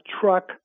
truck